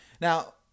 Now